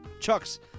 Chuck's